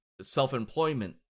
self-employment